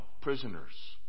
prisoners